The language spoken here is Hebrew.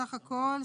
סך הכל.